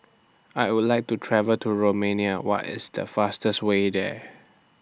I Would like to travel to Romania What IS The fastest Way There